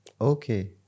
okay